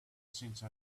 since